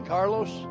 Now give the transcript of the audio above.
Carlos